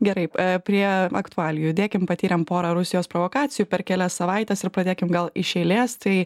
gerai prie aktualijų judėkim patyrėm porą rusijos provokacijų per kelias savaites ir pradėkim gal iš eilės tai